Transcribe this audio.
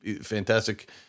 fantastic